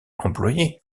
employer